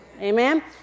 Amen